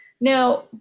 Now